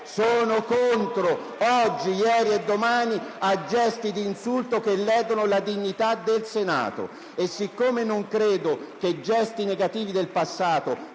sono contrario, oggi, ieri e domani, a gesti di insulto che ledono la dignità del Senato. E siccome non credo che gesti negativi del passato